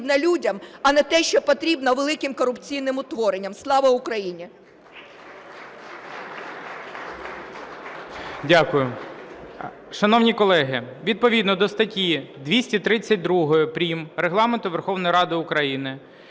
людям, а не те, що потрібно великим корупційним утворенням. Слава Україні!